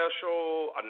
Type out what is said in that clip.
Special